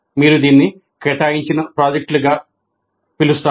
మీరు దీన్ని కేటాయించిన ప్రాజెక్టులుగా పిలుస్తారు